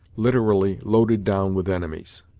literally loaded down with enemies.